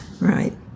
Right